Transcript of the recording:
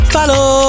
Follow